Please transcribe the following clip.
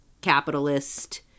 capitalist